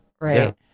right